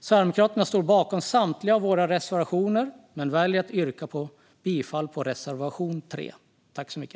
Sverigedemokraterna står bakom samtliga våra reservationer men väljer att yrka bifall endast till reservation 3.